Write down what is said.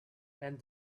and